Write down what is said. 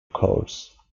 course